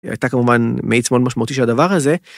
הייתה כמובן מאיץ מאוד משמעותי של הדבר הזה.